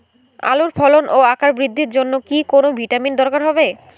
আলুর ফলন ও আকার বৃদ্ধির জন্য কি কোনো ভিটামিন দরকার হবে?